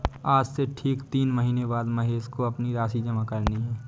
आज से ठीक तीन महीने बाद महेश को अपनी राशि जमा करनी है